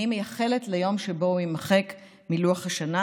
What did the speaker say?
אני מייחלת ליום שבו הוא יימחק מלוח השנה